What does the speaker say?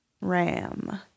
RAM